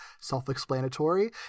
self-explanatory